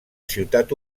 ciutat